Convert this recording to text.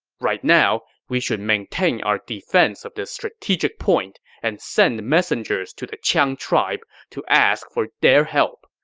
right now, we should maintain our defense of this strategic point and send messengers to the qiang tribe to ask for their help.